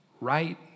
right